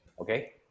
okay